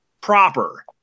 proper